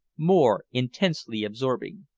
more intensely absorbing.